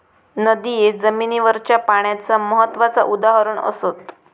नदिये जमिनीवरच्या पाण्याचा महत्त्वाचा उदाहरण असत